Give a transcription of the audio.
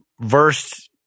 verse